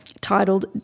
titled